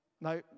no